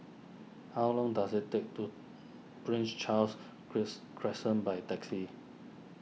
how long does it take to Prince Charles cress Crescent by taxi